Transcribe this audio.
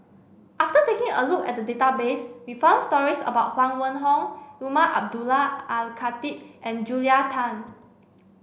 after taking a look at the database we found stories about Huang Wenhong Umar Abdullah Al Khatib and Julia Tan